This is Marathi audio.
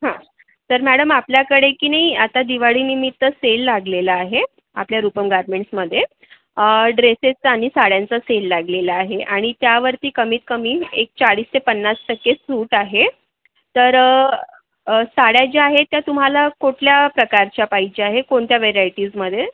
हां तर मॅडम आपल्याकडे की नाही आता दिवाळीनिमित्त सेल लागलेला आहे आपल्या रुपम गारमेंट्समध्ये ड्रेसेसचा आणि साड्यांचा सेल लागलेला आहे आणि त्यावरती कमीत कमी एक चाळीस ते पन्नास टक्के सूट आहे तर साड्या ज्या आहेत त्या तुम्हाला कुठल्या प्रकारच्या पाहिजे आहे कोणत्या वेरायटीजमध्ये